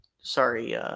sorry